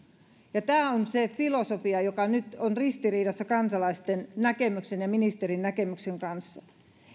tämä on se filosofia joka nyt on ristiriidassa kansalaisten näkemyksen ja ministerin näkemyksen kanssa